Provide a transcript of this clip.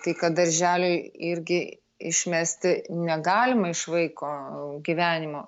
tai kad darželiui irgi išmesti negalima iš vaiko gyvenimo